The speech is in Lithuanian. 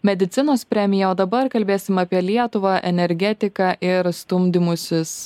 medicinos premija o dabar kalbėsim apie lietuvą energetiką ir stumdymusis